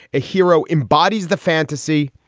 a hero embodies the fantasy,